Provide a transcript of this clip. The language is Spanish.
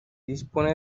dispone